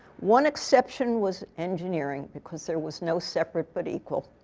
one exception was engineering because there was no separate but equal.